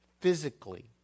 physically